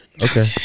Okay